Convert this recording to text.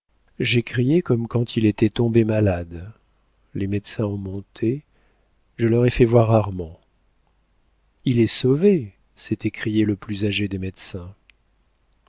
j'ai crié comme quand il était tombé malade les médecins ont monté je leur ai fait voir armand il est sauvé s'est écrié le plus âgé des médecins